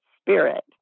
spirit